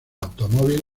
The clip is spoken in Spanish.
automóvil